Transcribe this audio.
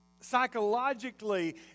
psychologically